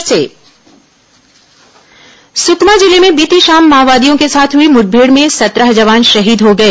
मुठभेड़ जवान शहीद सुकमा जिले में बीती शाम माओवादियों के साथ हुई मुठभेड़ में सत्रह जवान शहीद हो गए